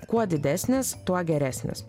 kuo didesnis tuo geresnis